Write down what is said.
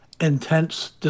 intense